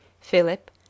Philip